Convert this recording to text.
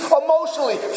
emotionally